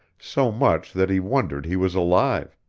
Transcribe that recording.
so much that he wondered he was alive,